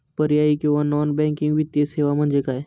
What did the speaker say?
पर्यायी किंवा non banking वित्तीय सेवा म्हणजे काय?